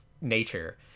nature